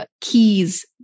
keys